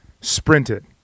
sprinted